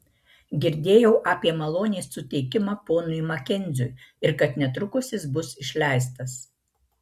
girdėjau apie malonės suteikimą ponui makenziui ir kad netrukus jis bus išleistas